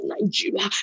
Nigeria